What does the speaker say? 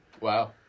wow